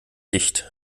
dicht